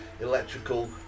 electrical